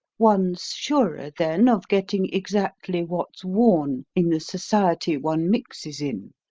one's surer then of getting exactly what's worn in the society one mixes in.